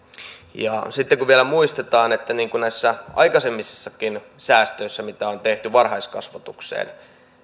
muistetaan vielä että aikaisemmistakin säästöistä mitä on tehty varhaiskasvatukseen